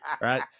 right